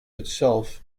itself